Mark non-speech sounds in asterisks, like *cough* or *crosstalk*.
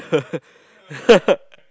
*laughs*